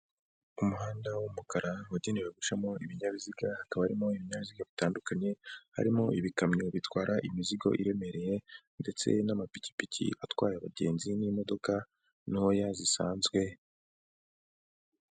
Umuhanda w'umukara wagenewe gucamo ibinyabiziga, hakaba harimo ibinyabiziga bitandukanye, harimo ibikamyo bitwara imizigo iremereye ndetse n'amapikipiki atwaye abagenzi n'imodoka ntoya zisanzwe.